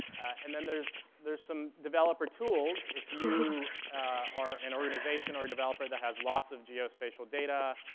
and then there's there's some developer tools, if you are an organization or a developer that has lots of geospatial data,